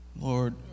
Lord